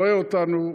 רואה אותנו,